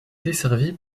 desservie